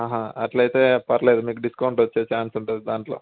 అట్లా అయితే పర్లేదు మీకు డిస్కౌంట్ వచ్చే ఛాన్స్ ఉంటుంది దాంట్లో